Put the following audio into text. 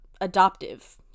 adoptive